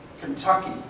Kentucky